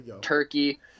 turkey